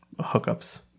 hookups